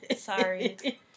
sorry